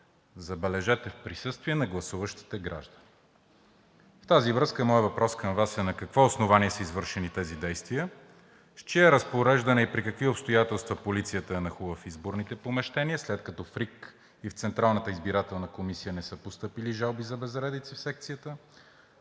забележете, в присъствие на гласуващите граждани. В тази връзка моят въпрос към Вас е: на какво основание са извършени тези действия, с чие разпореждане и при какви обстоятелства полицията е нахлула в изборните помещения, след като в РИК и в Централната избирателна комисия не са постъпили жалби за безредици в секцията;